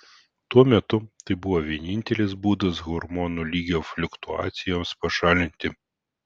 tuo metu tai buvo vienintelis būdas hormonų lygio fliuktuacijoms pašalinti